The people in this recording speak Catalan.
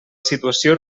situació